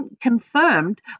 confirmed